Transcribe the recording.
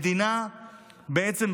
בעצם,